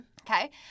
Okay